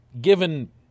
given